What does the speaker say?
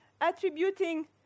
attributing